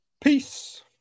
Peace